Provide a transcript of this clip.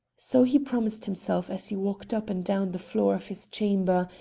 so he promised himself as he walked up and down the floor of his chamber,